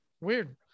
Weird